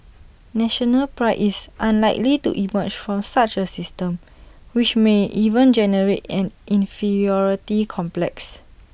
national Pride is unlikely to emerge from such A system which may even generate an inferiority complex